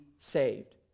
Saved